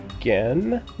again